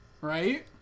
right